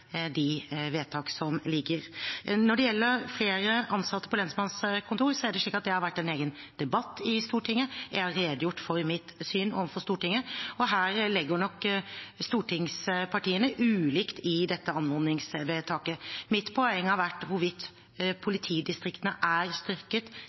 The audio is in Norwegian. de vedtak som ligger. Når det gjelder flere ansatte på lensmannskontor, er det slik at det har vært en egen debatt i Stortinget. Jeg har redegjort for mitt syn overfor Stortinget. Og her legger nok stortingspartiene ulikt i dette anmodningsvedtaket. Mitt poeng har vært hvorvidt